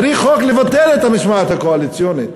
צריך חוק לביטול המשמעת הקואליציונית.